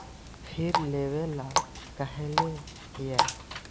फिर लेवेला कहले हियै?